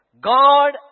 God